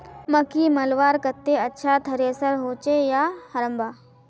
मकई मलवार केते अच्छा थरेसर होचे या हरम्बा?